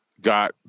got